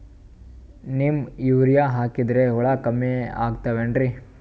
Neem urea ಹಾಕದ್ರ ಹುಳ ಕಮ್ಮಿ ಆಗತಾವೇನರಿ?